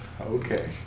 Okay